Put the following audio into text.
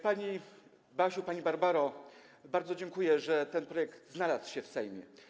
Pani Basiu, pani Barbaro, bardzo dziękuję, że ten projekt znalazł się w Sejmie.